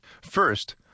First